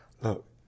look